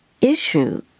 issue